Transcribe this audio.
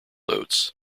oats